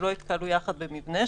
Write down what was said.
שלא יתקהלו יחד במבנה,